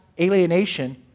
alienation